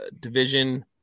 division